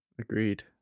Agreed